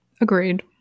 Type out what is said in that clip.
Agreed